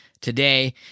today